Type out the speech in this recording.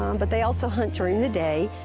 um but they also hunt during the day.